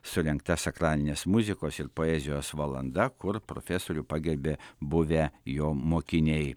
surengta sakralinės muzikos ir poezijos valanda kur profesorių pagerbė buvę jo mokiniai